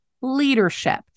leadership